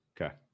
Okay